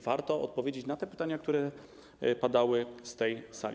Warto odpowiedzieć na te pytania, które padały z tej sali.